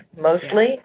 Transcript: mostly